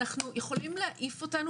יכולים להעיף אותנו